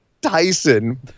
Tyson